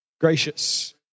Gracious